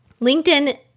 LinkedIn